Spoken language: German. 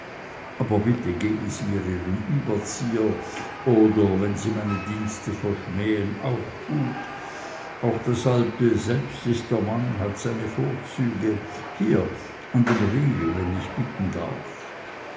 aber bitte geben sie mir ihren überzieher oder wenn sie meine dienste verschmähen auch gut auch das alte selbst ist der mann hat seine vorzüge hier an diesen riegel wenn ich bitten darf